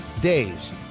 days